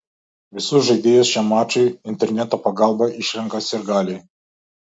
visus žaidėjus šiam mačui interneto pagalba išrenka sirgaliai